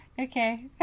Okay